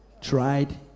tried